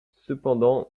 cependant